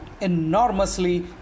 enormously